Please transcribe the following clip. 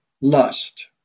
lust